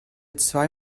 zwei